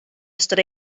ystod